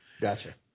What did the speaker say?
Gotcha